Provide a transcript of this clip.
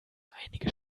einige